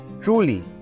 truly